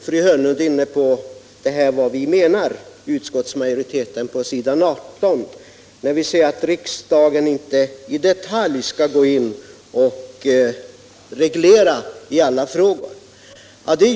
Fru Hörnlund var inne på frågan om vad utskottsmajoriteten menar med det som anförs på s. 18 i betänkandet, där vi säger att riksdagen inte i detalj skall gå in och reglera i alla frågor.